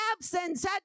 Absence